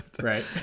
right